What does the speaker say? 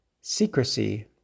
Secrecy